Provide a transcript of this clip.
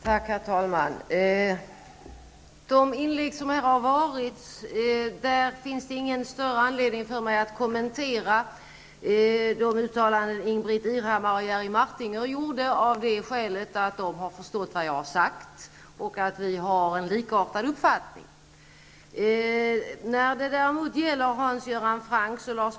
Herr talman! När det gäller de tidigare inläggen finns det ingen större anledning för mig att kommentera de uttalanden som Ingbritt Irhammar och Jerry Martinger gjorde av det skälet att de har förstått vad jag har sagt. Vi har en likartad uppfattning.